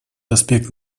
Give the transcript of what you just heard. аспект